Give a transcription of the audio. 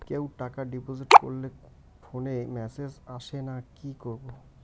কেউ টাকা ডিপোজিট করলে ফোনে মেসেজ আসেনা কি করবো?